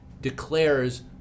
declares